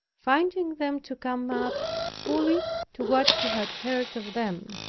finding them to come up fully to what he had heard of them.